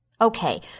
Okay